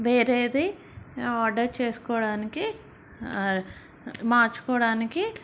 వేరేది ఆర్డర్ చేసుకోవడానికి మార్చుకోవడానికి